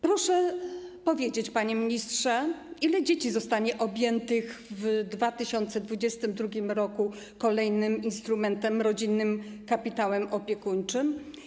Proszę powiedzieć, panie ministrze, ile dzieci zostanie objętych w 2022 r. kolejnym instrumentem, tj. Rodzinnym Kapitałem Opiekuńczym.